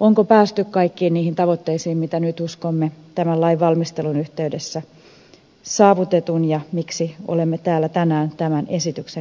onko päästy kaikkiin niihin tavoitteisiin mitä nyt uskomme tämän lain valmistelun yhteydessä saavutetun ja miksi olemme täällä tänään tämän esityksen kanssa